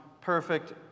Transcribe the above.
perfect